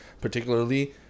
particularly